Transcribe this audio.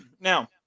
Now